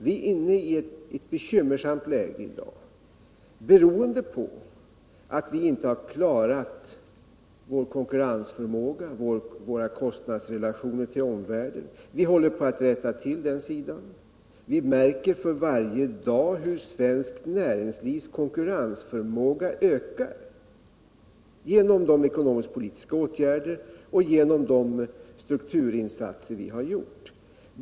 Vi är i dag inne i ett bekymmersamt läge, beroende på att vi inte har klarat vår konkurrensförmåga och våra kostnadsrelationer till omvärlden. Vi håller på att rätta till den sidan. Vi märker för varje dag hur svenskt näringslivs konkurrensförmåga ökar till följd av de ekonomisk-politiska åtgärder vi vidtagit och de strukturinsatser vi gjort.